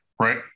right